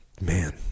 man